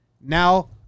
now